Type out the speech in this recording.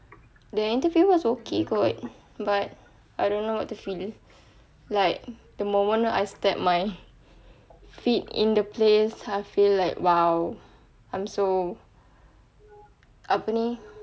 the interview was okay good but I don't know what to feel like the moment I step my feet in the place I feel like !wow! I'm so apa ni